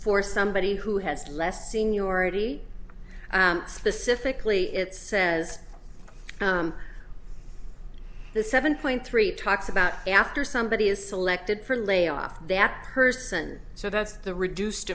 for somebody who has less seniority specifically it says the seven point three talks about after somebody is selected for layoff that person so that's the reduced